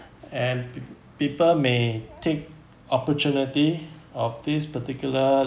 and p~ people may take opportunity of this particular